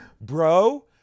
bro